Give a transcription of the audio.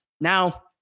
Now